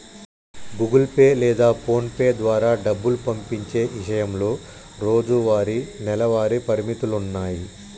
Google Pay లేదా PhonePe ద్వారా డబ్బు పంపించే ఇషయంలో రోజువారీ, నెలవారీ పరిమితులున్నాయి